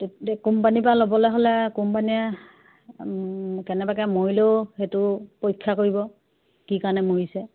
তে কোম্পানীৰ পৰা ল'বলে হ'লে কোম্পানীয়ে কেনেবাকে মৰিলেও সেইটো পৰীক্ষা কৰিব কি কাৰণে মৰিছে